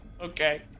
Okay